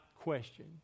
question